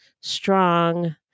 strong